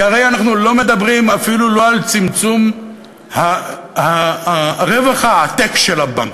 כי הרי אנחנו לא מדברים אפילו על צמצום רווח העתק של הבנק,